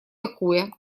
такое